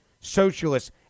socialists